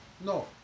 No